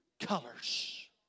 colors